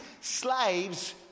slaves